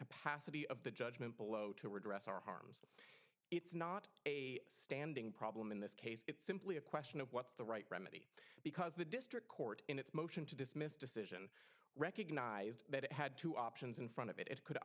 capacity of the judgment below to redress our harms it's not a standing problem in this case it's simply a question of what's the right remedy because the district court in its motion to dismiss decision recognized that it had two options in front of it it could